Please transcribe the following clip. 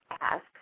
ask